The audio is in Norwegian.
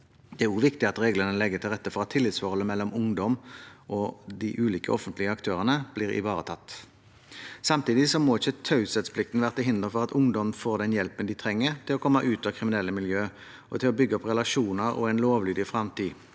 Det er også viktig at reglene legger til rette for at tillitsforholdet mellom ungdommen og de ulike offentlige aktørene blir ivaretatt. Samtidig må ikke taushetsplikten være til hinder for at ungdom får den hjelpen de trenger til å komme ut av kriminelle miljø, og til å bygge opp relasjoner og en lovlydig fremtid.